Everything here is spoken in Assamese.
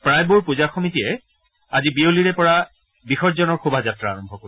প্ৰায়বোৰ পূজা সমিতিয়ে আজি বিয়লিৰে পৰা বিসৰ্জনৰ শোভাযাত্ৰা আৰম্ভ কৰিব